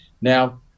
Now